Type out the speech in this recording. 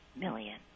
million